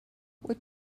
what